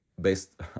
based